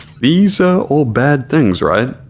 these are all bad things, right?